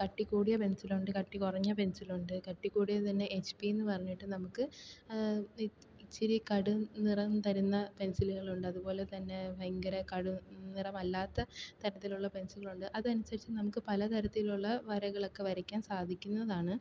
കട്ടി കൂടിയ പെൻസിൽ ഉണ്ട് കട്ടി കുറഞ്ഞ പെൻസിൽ ഉണ്ട് കട്ടി കൂടിയത് തന്നെ എച്ച് പി എന്ന് പറഞ്ഞിട്ട് നമുക്ക് ഇത്തിരി കടും നിറം തരുന്ന പെൻസിലുകൾ ഉണ്ട് അതുപോലെ തന്നെ ഭയങ്കര കടും നിറം അല്ലാത്ത തരത്തിലുള്ള പെൻസിൽ ഉണ്ട് അതനുസരിച്ച് നമുക്ക് പല തരത്തിലുള്ള വരകളൊക്കെ വരയ്ക്കാൻ സാധിക്കുന്നതാണ്